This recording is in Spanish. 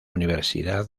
universidad